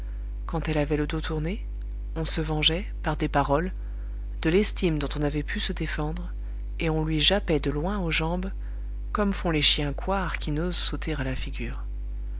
quand elle avait le dos tourné on se vengeait par des paroles de l'estime dont on n'avait pu se défendre et on lui jappait de loin aux jambes comme font les chiens couards qui n'osent sauter à la figure